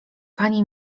pan